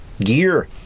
gear